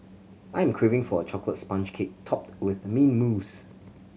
I am craving for a chocolate sponge cake topped with mint mousse